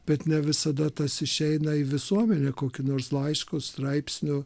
bet ne visada tas išeina į visuomenę kokiu nors laišku straipsniu